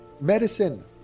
medicine